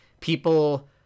people